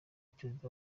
perezida